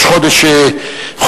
ראש חודש טבת,